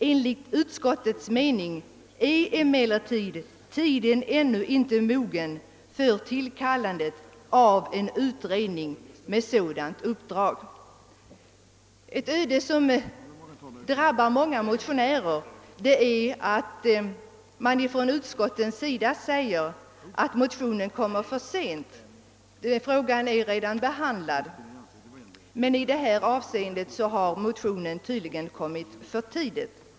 Enligt utskottets mening är emellertid tiden ännu inte mogen för tillkallandet av en utredning med sådant uppdrag.» Ett öde som drabbar många motionärer är att utskotten uttalar att motionerna kommer för sent och att den aktualiserade frågan redan är uppmärksammad. Men i detta fall har motionen tydligen kommit för tidigt.